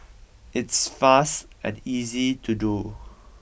it's fast and easy to do